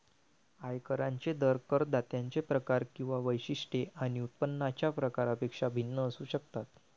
आयकरांचे दर करदात्यांचे प्रकार किंवा वैशिष्ट्ये आणि उत्पन्नाच्या प्रकारापेक्षा भिन्न असू शकतात